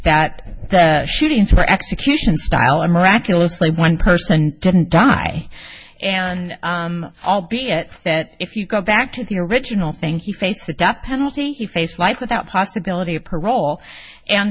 that the shootings were execution style and miraculously one person didn't die and albeit that if you go back to the original thing he face the death penalty you face life without possibility of parole and